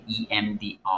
EMDR